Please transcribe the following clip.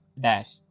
Dash